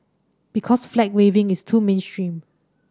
because flag waving is too mainstream